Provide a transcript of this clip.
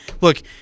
Look